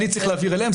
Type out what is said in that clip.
אני צריך להעביר אליהם.